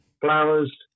flowers